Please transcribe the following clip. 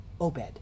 obed